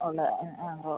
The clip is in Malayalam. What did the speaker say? ഉള്ളത് അ പോ